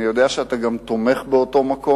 אני גם יודע שאתה תומך באותו מקום,